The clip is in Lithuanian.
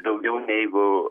daugiau neigu